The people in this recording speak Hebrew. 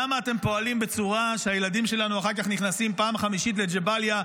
למה אתם פועלים בצורה שהילדים שלנו אחר כך נכנסים פעם חמישית לג'באליה,